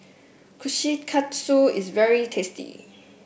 Kushikatsu is very tasty